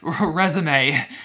resume